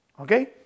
Okay